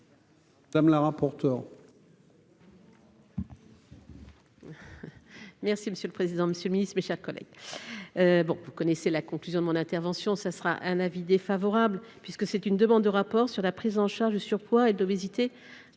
Madame la rapporteure. Merci monsieur le président, Monsieur le Ministre, mes chers collègues, bon, vous connaissez la conclusion de mon intervention, ça sera un avis défavorable, puisque c'est une demande de rapport sur la prise en charge de surpoids et d'obésité,